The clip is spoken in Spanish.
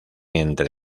entre